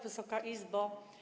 Wysoka Izbo!